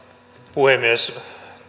puhemies tähän